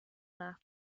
nach